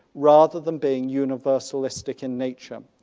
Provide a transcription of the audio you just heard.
rather than being universalistic in nature.